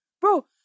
bro